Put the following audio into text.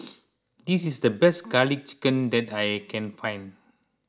this is the best Garlic Chicken that I can find